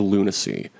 Lunacy